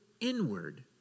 inward